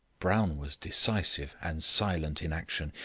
brown was decisive and silent in action.